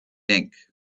ink